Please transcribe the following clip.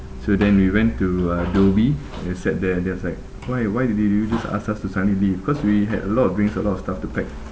so then we went to uh doby~ and then sat there and then was like why why did you you just ask us to suddenly leave cause we had a lot of drinks a lot of stuff to pack